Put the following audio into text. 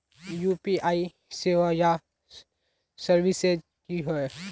UPI सेवाएँ या services की होय?